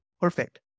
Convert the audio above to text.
perfect